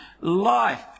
life